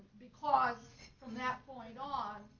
because from that point on,